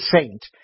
saint